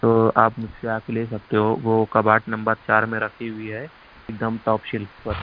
تو آپ مجھ سے آ کے لے سکتے ہو وہ کپبورڈ نمبر چار میں رکھی ہوئی ہے ایک دم ٹاپ شلف پر